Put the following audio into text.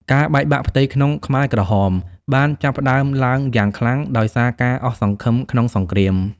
ការបែកបាក់ផ្ទៃក្នុងខ្មែរក្រហមបានចាប់ផ្ដើមឡើងយ៉ាងខ្លាំង ដោយសារការអស់សង្ឃឹមក្នុងសង្គ្រាម។